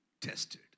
tested